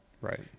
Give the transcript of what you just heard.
Right